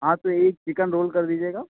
हाँ तो एक चिकन रोल कर दीजिएगा